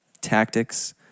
tactics